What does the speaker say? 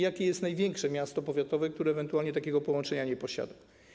Jakie jest największe miasto powiatowe, które ewentualnie takiego połączenia nie posiada?